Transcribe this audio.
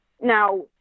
Now